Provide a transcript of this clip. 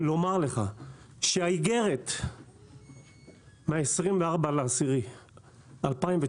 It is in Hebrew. לומר לך שהאיגרת מה-24 לאוקטובר 2019